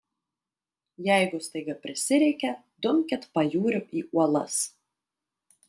jeigu staiga prisireikia dumkit pajūriu į uolas